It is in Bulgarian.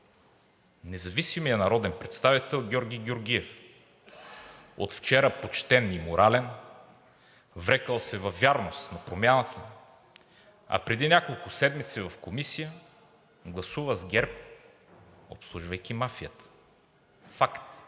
Независимият народен представител Георги Георгиев – от вчера почтен и морален, врекъл се във вярност на Промяната, а преди няколко седмици в Комисия гласува с ГЕРБ, обслужвайки мафията. Факт!